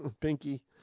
pinky